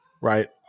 right